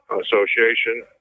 association